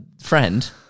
friend